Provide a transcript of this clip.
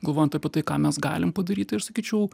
galvojant apie tai ką mes galim padaryt tai aš sakyčiau